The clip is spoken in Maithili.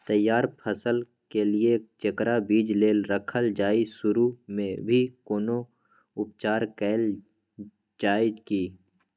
तैयार फसल के लिए जेकरा बीज लेल रखल जाय सुरू मे भी कोनो उपचार कैल जाय की?